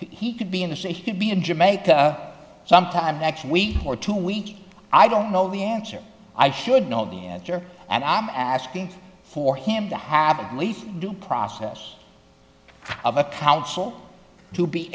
he could be in the state he could be in jamaica some time next week or two week i don't know the answer i should know the answer and i'm asking for him to have a least due process of a counsel to be